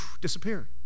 Disappear